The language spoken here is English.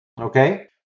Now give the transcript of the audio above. okay